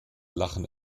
lachen